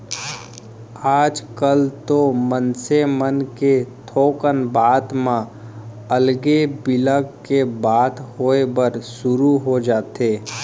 आजकल तो मनसे मन के थोकन बात म अलगे बिलग के बात होय बर सुरू हो जाथे